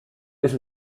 ist